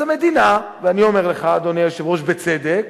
אז המדינה, ואני אומר לך, אדוני היושב-ראש, בצדק,